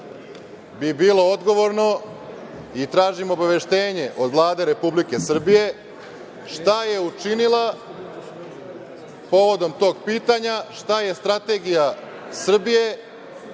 bi bilo odgovorno i tražim obaveštenje od Vlade Republike Srbije šta je učinila povodom tog pitanja, šta je strategija Srbije